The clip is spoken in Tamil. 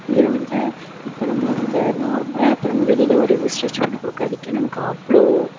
இதில் வந்து இப்போ நம்ம வந்து நார்மலாக இப்போ நம்ம வெளியில் ஒரு இது ஸ்டிட்ச் பண்ண கொடுக்குறதுக்கே நமக்கு அவ்வளோ